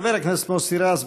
חבר הכנסת מוסי רז,